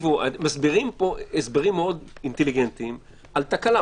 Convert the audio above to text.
מסבירים פה הסברים מאוד אינטליגנטיים על תקלה.